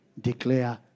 declare